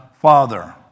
father